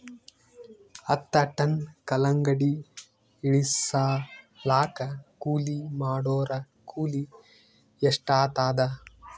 ಹತ್ತ ಟನ್ ಕಲ್ಲಂಗಡಿ ಇಳಿಸಲಾಕ ಕೂಲಿ ಮಾಡೊರ ಕೂಲಿ ಎಷ್ಟಾತಾದ?